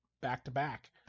back-to-back